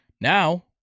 now